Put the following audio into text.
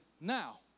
now